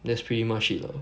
that's pretty much it lor